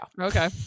Okay